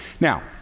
Now